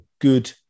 good